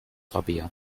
rabea